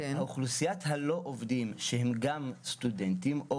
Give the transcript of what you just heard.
לאוכלוסיית הלא עובדים שהם גם סטודנטים או